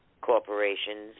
corporations